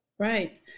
Right